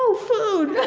so food.